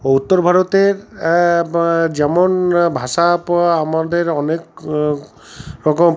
ও উত্তর ভারতের যেমন ভাষা আমাদের অনেক রকম